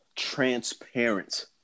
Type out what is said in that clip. transparent